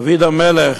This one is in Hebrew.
דוד המלך,